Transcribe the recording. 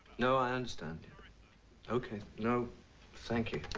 no i understand okay no thank you.